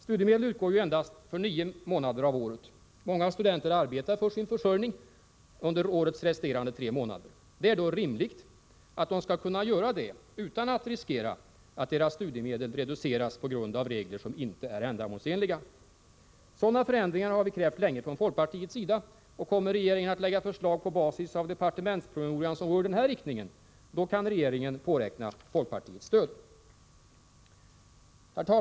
Studiemedel utgår endast för nio månader av året. Många studenter har arbetat för sin försörjning under årets resterande månader. Det är då rimligt att de skall kunna göra det utan att riskera att deras studiemedel reduceras på grund av regler som inte är ändamålsenliga. Sådana förändringar har vi krävt länge från folkpartiets sida, och om regeringen kommer att lägga fram förslag på basis av departementspromemorian, som går i den här riktningen, kan regeringen påräkna folkpartiets stöd.